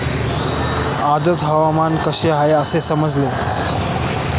आजचे हवामान कसे आहे हे कसे समजेल?